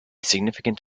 significant